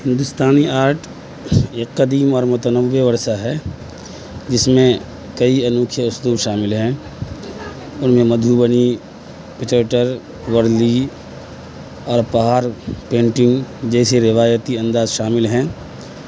ہندوستانی آرٹ ایک قدیم اور متنوع ورثہ ہے جس میں کئی انوکھے اسلوب شامل ہیں ان میں مدھوبنی پچرٹر ورلی اور پہار پینٹنگ جیسے روایتی انداز شامل ہیں